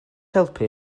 helpu